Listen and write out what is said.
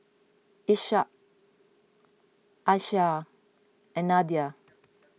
Ishak Aishah and Nadia